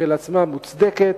כשלעצמו מוצדק,